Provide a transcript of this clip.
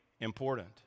important